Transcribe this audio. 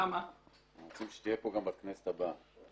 אנחנו רוצים שתהיה פה גם בכנסת הבאה.